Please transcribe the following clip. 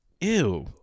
Ew